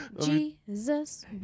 Jesus